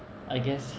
I guess